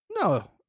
no